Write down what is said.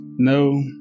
No